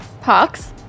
Parks